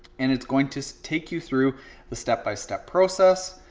and it's going to take you through the step by step process.